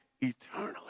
eternally